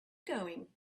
going